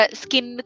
skin